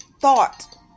thought